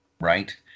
right